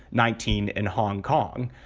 nineteen, in hong kong.